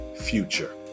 Future